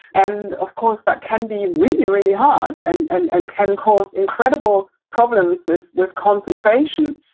and of course, that can be really, really hard and, and and can cause incredible problems with with concentration.